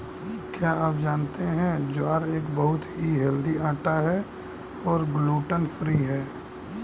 क्या आप जानते है ज्वार एक बहुत ही हेल्दी आटा है और ग्लूटन फ्री है?